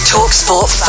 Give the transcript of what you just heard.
TalkSport